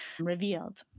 revealed